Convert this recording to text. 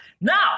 Now